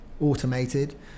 automated